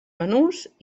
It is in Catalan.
menús